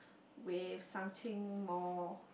with something more